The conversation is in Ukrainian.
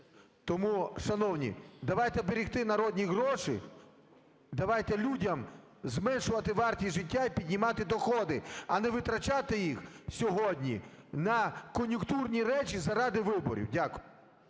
Тому, шановні, давайте берегти народні гроші, давайте людям зменшувати вартість життя і піднімати доходи, а не витрачати їх сьогодні на кон'юнктурні речі заради виборів. Дякую.